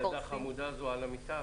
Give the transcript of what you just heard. הילדה החמודה הזאת שישבה על המיטה?